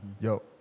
Yo